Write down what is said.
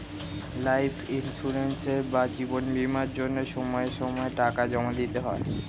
life insurance বা জীবন বীমার জন্য সময় সময়ে টাকা জমা দিতে হয়